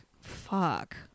fuck